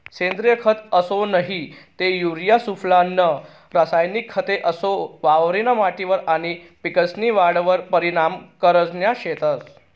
सेंद्रिय खत असो नही ते युरिया सुफला नं रासायनिक खते असो वावरनी माटीवर आनी पिकेस्नी वाढवर परीनाम करनारज शेतंस